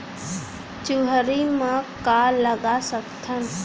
चुहरी म का लगा सकथन?